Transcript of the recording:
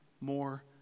more